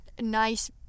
nice